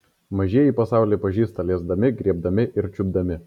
mažieji pasaulį pažįsta liesdami griebdami ir čiupdami